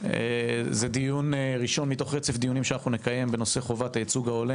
זה דיון ראשון מתוך רצף דיונים שאנחנו נקיים בנושא חובת הייצוג ההולם